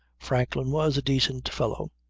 franklin was a decent fellow.